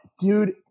dude